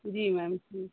जी ma'am ठीक